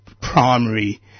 primary